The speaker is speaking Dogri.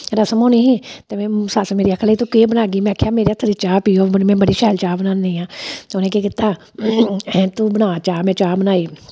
रसम होनी ही ते मी सस्स मेरी आखन लगी तू केह् बनागी में आखेआ मेरे हत्थै दी चाह् पियो बड़ी में बडी शैल चाह् बनानी आं ते उ'नें केह् कीता अहें तू बना चाह् में चाह् बनाई